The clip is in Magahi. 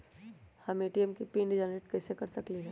हम ए.टी.एम के पिन जेनेरेट कईसे कर सकली ह?